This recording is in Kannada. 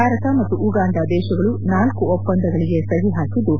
ಭಾರತ ಮತ್ತು ಉಗಾಂಡ ದೇಶಗಳು ನಾಲ್ಲು ಒಪ್ಪಂದಗಳಿಗೆ ಸಹಿ ಹಾಕಿದ್ದು